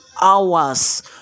hours